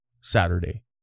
Saturday